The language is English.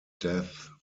death